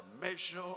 measure